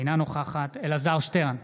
אינה נוכחת אלעזר שטרן,